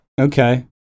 Okay